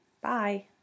Bye